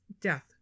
death